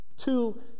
Two